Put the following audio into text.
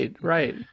right